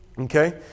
Okay